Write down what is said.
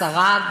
עשרה,